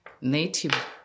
Native